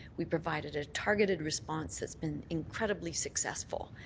we provided a targeted response. it's been incredibly successful.